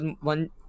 one